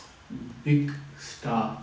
big star